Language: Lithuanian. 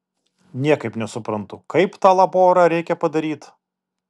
niekaip nesuprantu kaip tą laborą reikia padaryt